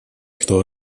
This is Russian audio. что